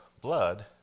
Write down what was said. blood